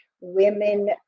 women